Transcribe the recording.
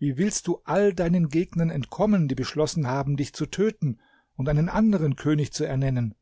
wie willst du allen deinen gegnern entkommen die beschlossen haben dich zu töten und einen anderen könig zu ernennen